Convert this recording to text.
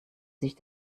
sich